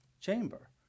chamber